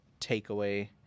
takeaway